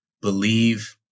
believe